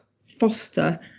foster